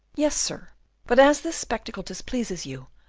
yes, sir but as this spectacle displeases you,